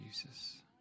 Jesus